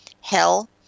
hell